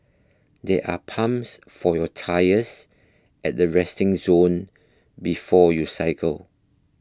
there are pumps for your tyres at the resting zone before you cycle